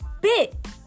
bit